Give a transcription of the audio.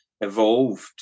evolved